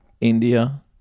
India